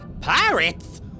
Pirates